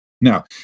now